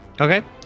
Okay